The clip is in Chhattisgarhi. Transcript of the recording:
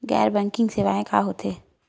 गैर बैंकिंग सेवाएं का होथे?